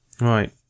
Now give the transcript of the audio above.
right